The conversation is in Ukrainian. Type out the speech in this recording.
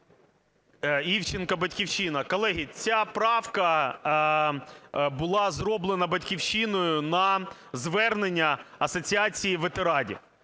Івченко, "Батьківщина". Колеги, ця правка була зроблена "Батьківщиною" на звернення Асоціації ветеранів.